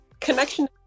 connection